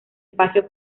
espacio